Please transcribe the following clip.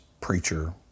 preacher